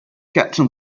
catching